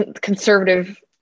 conservative